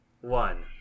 one